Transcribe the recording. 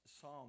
psalm